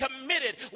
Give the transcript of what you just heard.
committed